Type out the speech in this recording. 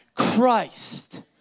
Christ